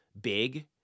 big